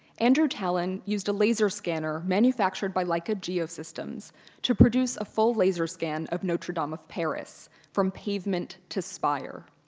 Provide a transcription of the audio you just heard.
andrew tallon used a laser scanner manufactured by leica geosystems to produce a full laser scan of notre-dame of paris from pavement to spire.